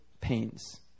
pains